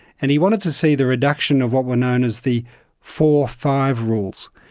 and he wanted to see the reduction of what were known as the four five rules.